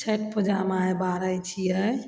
छैठ पूजामे आइ बारय छियै